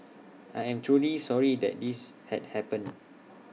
I am truly sorry that this had happened